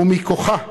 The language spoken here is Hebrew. ומכוחה,